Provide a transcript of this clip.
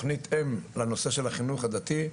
תוכנית אם לנושא של החינוך הדתי,